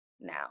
now